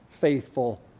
faithful